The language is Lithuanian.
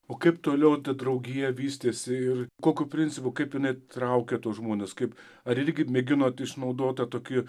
o kaip toliau ta draugija vystėsi ir kokiu principu kaip jinai traukia tuos žmones kaip ar irgi mėginot išnaudot tą tokį